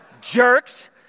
jerks